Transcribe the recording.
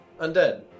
Undead